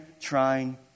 trying